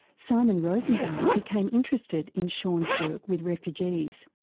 simon rosenbaum became interested in shaun's work with refugees.